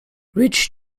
rich